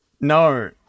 No